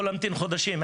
יכול להמתין חודשים,